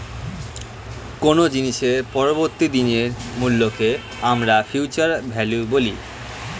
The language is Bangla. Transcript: কোনো জিনিসের পরবর্তী দিনের মূল্যকে আমরা ফিউচার ভ্যালু বলি